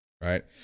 Right